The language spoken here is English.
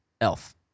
Elf